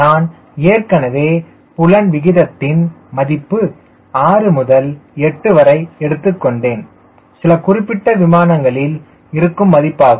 நான் ஏற்கனவே புலன் விகிதத்தின் மதிப்பு 6 முதல் 8 வரை எடுத்துக்கொண்டேன் இது சில குறிப்பிட்ட விமானங்களில் இருக்கும் மதிப்பாகும்